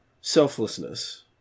selflessness